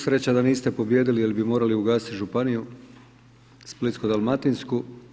Sreća da niste pobijedili jer bi morali ugasiti Županiju splitsko-dalmatinsku.